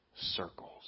circles